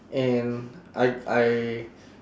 and I I